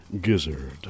gizzard